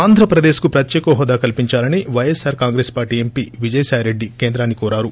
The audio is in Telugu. ఆంధ్రప్రదేశ్కు ప్రత్యేక హోదా కల్పించాలని ప్లైఎస్పార్ కాంగ్రెస్ పార్టీ ఎంపీ విజయసాయి రెడ్డి కేంద్రాన్ని కోరారు